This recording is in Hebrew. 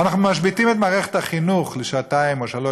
אנחנו משביתים את מערכת החינוך לשעתיים או שלוש